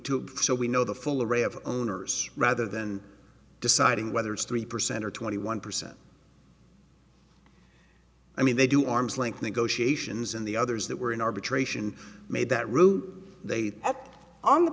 it so we know the full array of owners rather than deciding whether it's three percent or twenty one percent i mean they do arm's length negotiations and the others that were in arbitration made that route they kept on the